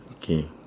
okay